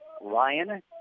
Ryan